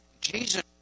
Jesus